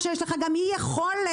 40% מהישוב לא מחובר לתשתיות ביוב,